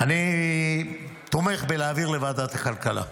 אני תומך בהעברה לוועדת הכלכלה.